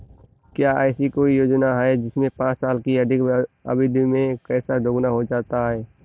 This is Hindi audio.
क्या ऐसी कोई योजना है जिसमें पाँच साल की अवधि में पैसा दोगुना हो जाता है?